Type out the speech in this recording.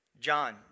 John